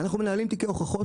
אל תגידי, אני רוצה לחבק אותך